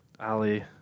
Ali